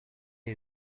les